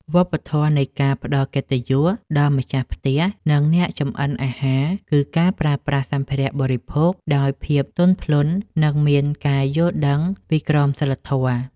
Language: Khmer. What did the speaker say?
វប្បធម៌នៃការផ្តល់កិត្តិយសដល់ម្ចាស់ផ្ទះនិងអ្នកចម្អិនអាហារគឺការប្រើប្រាស់សម្ភារៈបរិភោគដោយភាពទន់ភ្លន់និងមានការយល់ដឹងពីក្រមសីលធម៌។